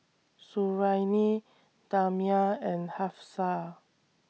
Suriani Damia and Hafsa